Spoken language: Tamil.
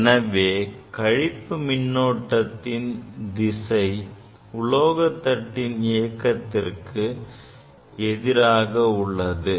எனவே கழிப்பு மின்னோட்டத்தின் திசை உலோக தட்டின் இயக்கத்திற்கு எதிராக உள்ளது